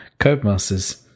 Codemasters